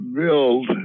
build